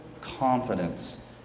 confidence